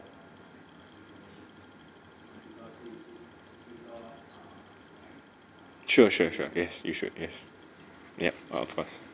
sure sure sure yes you should yes yup oh of course